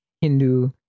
Hindu